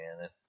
man